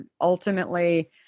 ultimately